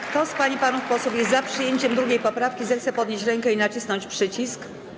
Kto z pań i panów posłów jest za przyjęciem 2. poprawki, zechce podnieść rękę i nacisnąć przycisk.